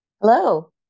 Hello